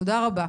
תודה רבה.